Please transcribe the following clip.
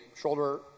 shoulder